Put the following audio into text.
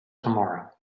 tomorrow